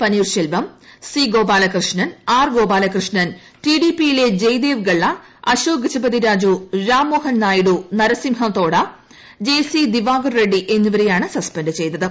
paneer Selvam C Gopalakrishnan R Gopalakrishnan T D P യിലെ Jay Dev Galla Ashok Gajapathi Raju Ram Mohan Naidu Narasimham Thota J C Diwakar Reddy എന്നിവരെയാണ് suspend ചെയ്തത്